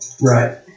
Right